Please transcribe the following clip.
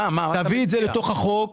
תביא את זה לתוך החוק.